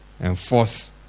enforce